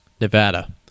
Nevada